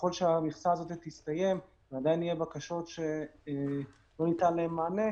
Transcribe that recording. וככל שהמכסה הזאת תסתיים ועדיין יהיו בקשות שלא ניתן להן מענה,